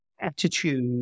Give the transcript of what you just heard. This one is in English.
attitude